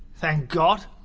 thank god!